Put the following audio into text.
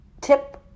tip